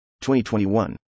2021